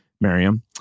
Miriam